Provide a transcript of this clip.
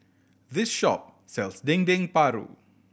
this shop sells Dendeng Paru